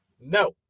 No